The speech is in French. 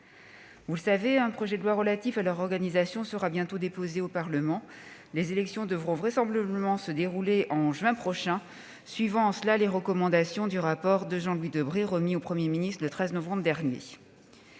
Vous le savez, un projet de loi relatif à leur organisation sera bientôt déposé au Parlement. Les élections devront vraisemblablement se dérouler en juin prochain, suivant en cela les recommandations du rapport de Jean-Louis Debré, remis au Premier ministre le 13 novembre dernier.